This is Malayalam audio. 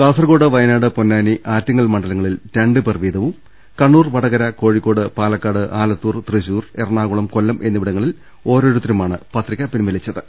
കാസർകോട് വയനാട് പൊന്നാനി ആറ്റിങ്ങൽ മണ്ഡലങ്ങ ളിൽ രണ്ടുപേർ വീതവും കണ്ണൂർ വടകര കോഴിക്കോട് പാലക്കാട് ആല ത്തൂർ തൃശൂർ എറണാകുളം കൊല്ലം എന്നിവിടങ്ങളിൽ ഓരോരുത്തരുമാണ് പത്രിക പിൻവലിച്ചത്